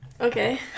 Okay